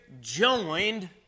joined